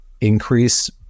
Increase